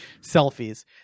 selfies